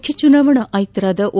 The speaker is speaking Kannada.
ಮುಖ್ಯ ಚುನಾವಣಾ ಆಯುಕ್ತ ಓ